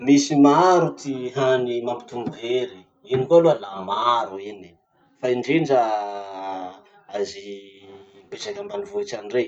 Misy maro ty hany mampitombo hery. Ino koa aloha la maro iny, fa indrindra azy mipetraky ambanivohitsy any rey.